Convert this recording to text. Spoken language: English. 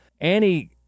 Annie